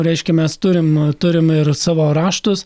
reiškia mes turim turim ir savo raštus